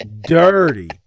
Dirty